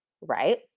Right